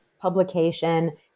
publication